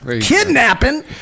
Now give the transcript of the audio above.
Kidnapping